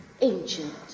ancient